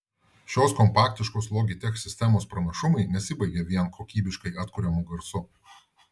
šios kompaktiškos logitech sistemos pranašumai nesibaigia vien kokybiškai atkuriamu garsu